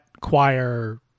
choir